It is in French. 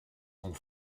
sont